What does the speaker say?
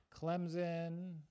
Clemson